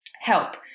help